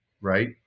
right